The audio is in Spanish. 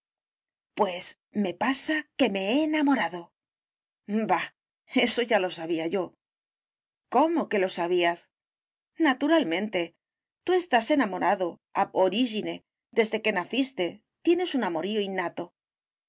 pues me pasa que me he enamorado bah eso ya lo sabía yo cómo que lo sabías naturalmente tú estás enamorado ab origine desde que naciste tienes un amorío innato